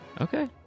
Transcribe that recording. Okay